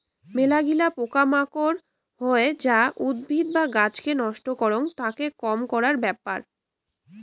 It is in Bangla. মেলাগিলা পোকা মাকড় হই যা উদ্ভিদ বা গাছকে নষ্ট করাং, তাকে কম করার ব্যাপার